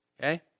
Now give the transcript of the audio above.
Okay